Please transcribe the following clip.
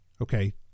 Okay